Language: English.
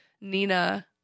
Nina